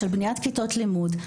של בניית כיתות לימוד,